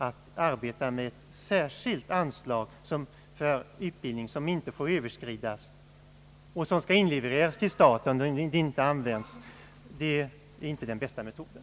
Att arbeta med ett särskilt anslag för utbildning, som inte får överskridas och som skall inlevereras till staten om det inte användes, är inte den bästa metoden.